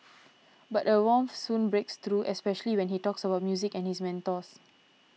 but a warmth soon breaks through especially when he talks about music and his mentors